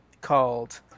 called